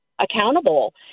accountable